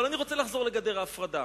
אבל אני רוצה לחזור לגדר ההפרדה.